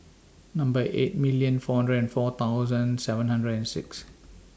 Number eight million four hundred and four thousand seven hundred and six